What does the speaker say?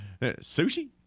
sushi